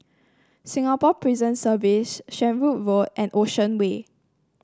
Singapore Prison Service Shenvood Road and Ocean Way